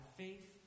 faith